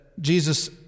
Jesus